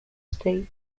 state